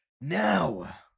Now